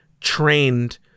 trained